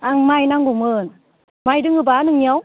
आंनो माइ नांगौमोन माइ दङबा नोंनियाव